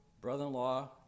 brother-in-law